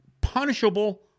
punishable